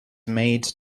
made